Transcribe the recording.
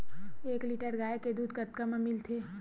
एक लीटर गाय के दुध कतका म मिलथे?